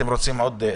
שנה,